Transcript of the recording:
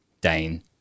Dane